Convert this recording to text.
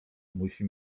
musi